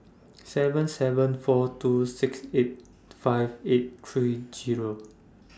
seven seven four two six eight five eight three Zero